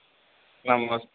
नमस्ते